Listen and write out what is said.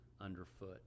underfoot